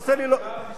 עכשיו הסכמנו.